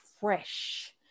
fresh